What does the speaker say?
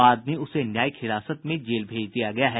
बाद में उसे न्यायिक हिरासत में जेल भेज दिया गया है